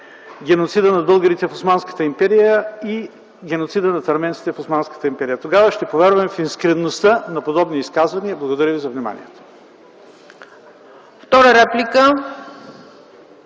геноцида на българите в Османската империя и геноцид над арменците в Османската империя. Тогава ще повярваме в искреността на подобни изказвания. Благодаря за вниманието.